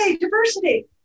diversity